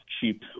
cheap